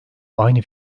aynı